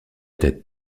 tête